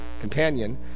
companion